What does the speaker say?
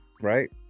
right